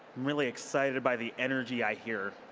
really excited by the energy i hear.